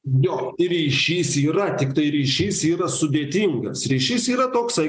jo ryšys yra tiktai ryšys yra sudėtingas ryšys yra toksai